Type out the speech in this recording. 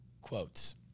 quotes